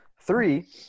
Three